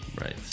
right